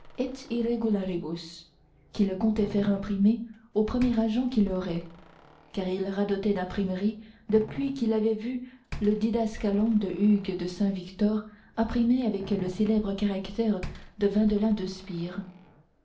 qu'il comptait faire imprimer au premier argent qu'il aurait car il radotait d'imprimerie depuis qu'il avait vu le didascalon de hugues de saint-victor imprimé avec les célèbres caractères de vindelin de